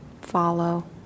follow